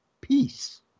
peace